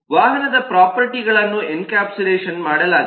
ವಾಹನದ ಪ್ರೊಫರ್ಟಿಗಳನ್ನು ಎನ್ಕ್ಯಾಪ್ಸುಲೇಟೆಡ್ ಮಾಡಲಾಗಿದೆ